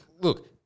Look